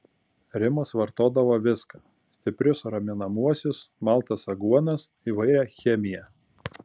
rimas vartodavo viską stiprius raminamuosius maltas aguonas įvairią chemiją